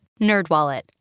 NerdWallet